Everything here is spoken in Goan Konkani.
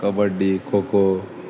कबड्डी खो खो